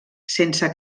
sense